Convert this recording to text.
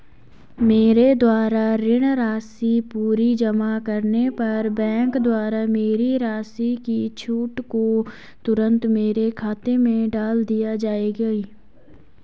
मेरे द्वारा ऋण राशि पूरी जमा करने पर बैंक द्वारा मेरी राशि की छूट को तुरन्त मेरे खाते में डाल दी जायेगी?